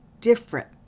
different